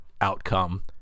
outcome